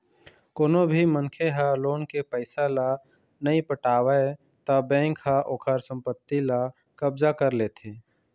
कोनो भी मनखे ह लोन के पइसा ल नइ पटावय त बेंक ह ओखर संपत्ति ल कब्जा कर लेथे